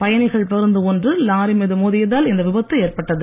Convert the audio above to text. பயணிகள் பேருந்து ஒன்று லாரி மீது மோதியதால் இந்த விபத்து ஏற்பட்டது